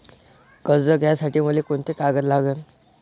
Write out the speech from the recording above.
कर्ज घ्यासाठी मले कोंते कागद लागन?